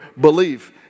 belief